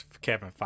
Kevin